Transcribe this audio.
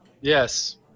Yes